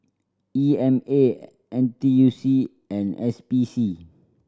E M A N T U C and S P C